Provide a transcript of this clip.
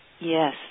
Yes